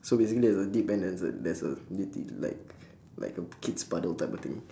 so basically there's a deep end and there's a there's a like like kids puddle type of thing